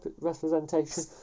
representation